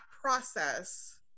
process